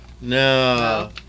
No